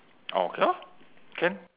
oh okay lor can